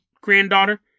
granddaughter